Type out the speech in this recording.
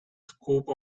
scope